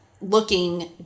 looking